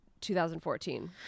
2014